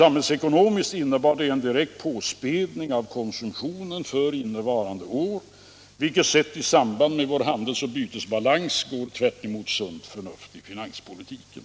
Samhällsekonomiskt innebar det en direkt påspädning av konsumtionen innevarande år, vilket sett i samband med vår handelsoch bytesbalans går tvärt emot sunt förnuft i finanspolitiken.